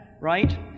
right